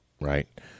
right